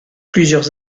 plusieurs